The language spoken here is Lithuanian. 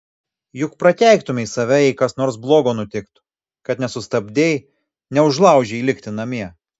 juk prakeiktumei save jei kas nors blogo nutiktų kad nesustabdei neužlaužei likti namie